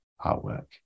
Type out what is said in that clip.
artwork